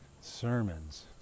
sermons